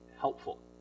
helpful